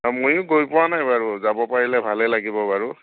অ ময়ো গৈ পোৱা নাই বাৰু যাব পাৰিলে ভালেই লাগিব বাৰু